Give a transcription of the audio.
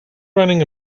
running